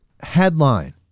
headline